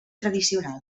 tradicional